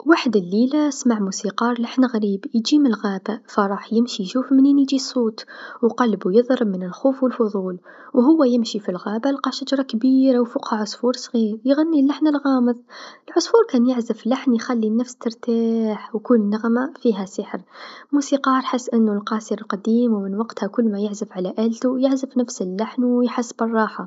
وحد الليله سمع موسيقار لحن غريب يجي ملغابه فراح يمشي يشوف منين يجي الصوت و قلبو يضرب من الخوف و الفضول، و هو يمشي في الغابه لقى شجرا كبيرا و فوقها عصفور صغير يغني اللحن الغامض، العصفور كان يعزف لحن يخلي النفس ترتاح و كل نغما فيها سحر، موسيقار حس انو القاصر قديم و من وقتها صار يعزف على آلتو يعزف نفس اللحن و يحس بالراحه.